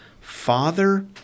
father